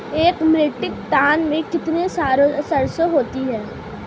एक metric tonne में कितनी सरसों होती है?